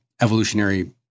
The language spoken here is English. evolutionary